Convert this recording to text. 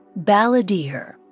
balladeer